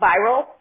viral